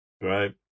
Right